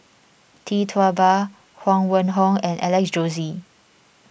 Tee Tua Ba Huang Wenhong and Alex Josey